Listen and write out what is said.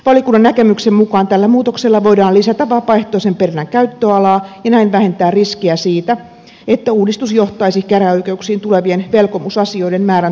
valiokunnan näkemyksen mukaan tällä muutoksella voidaan lisätä vapaaehtoisen perinnän käyttöalaa ja näin vähentää riskiä siitä että uudistus johtaisi käräjäoikeuksiin tulevien velkomusasioiden määrän tuntuvaan kasvuun